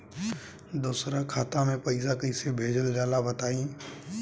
दोसरा खाता में पईसा कइसे भेजल जाला बताई?